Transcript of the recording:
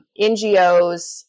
NGOs